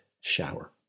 shower